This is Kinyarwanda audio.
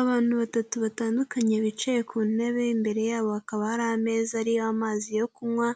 Abantu batatu batandukanye bicaye ku ntebe, imbere yabo hakaba hari ameza ariho amazi yo kunywa,